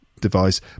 device